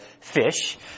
fish